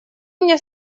мне